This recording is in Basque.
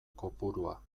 kopurua